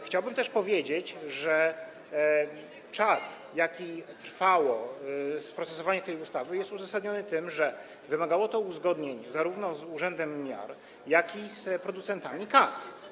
Chciałbym też powiedzieć, że czas, jaki trwało procedowanie tej ustawy, jest uzasadniony tym, że wymagało to uzgodnień zarówno z urzędem miar, jak i z producentami kas.